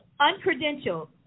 uncredential